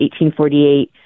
1848